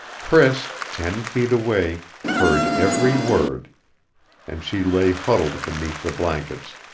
priss, ten feet away, heard every word and she lay huddled beneath the blankets,